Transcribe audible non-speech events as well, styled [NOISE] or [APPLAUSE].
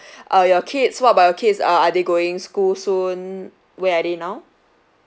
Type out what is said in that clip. [BREATH] uh your kids what about your kids uh are they going school soon where are they now